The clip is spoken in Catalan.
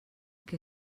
que